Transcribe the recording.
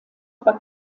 aber